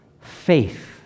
Faith